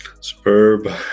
Superb